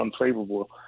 unfavorable